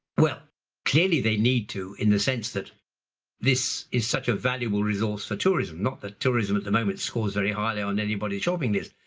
well clearly they need to, in the sense that this is such a valuable resource for tourism not that tourism at the moment scores very highly on anybody's shopping list,